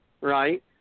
right